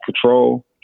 control